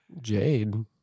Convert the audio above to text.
Jade